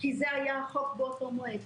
כי זה היה החוק באותו מועד.